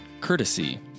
courtesy